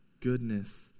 goodness